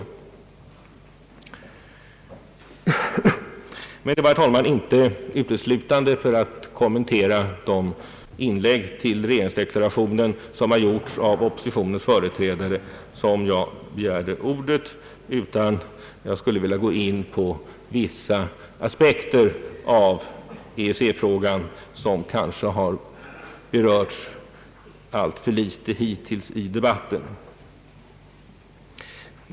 Emellertid var det, herr talman, inte uteslutande för att kommentera de inlägg till regeringsdeklarationen, som har gjorts av oppositionens företrädare, som jag begärde ordet, utan jag skulle vilja gå in på vissa aspekter av EEC frågan som berörts alltför litet hittills i debatten.